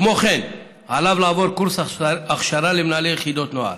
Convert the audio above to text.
כמו כן עליהם לעבור קורס הכשרה למנהלי יחידות נוער.